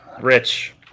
Rich